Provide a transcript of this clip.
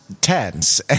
tense